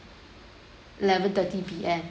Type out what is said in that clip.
eleven thirty P_M